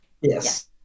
Yes